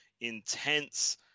intense